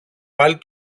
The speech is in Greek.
πάλι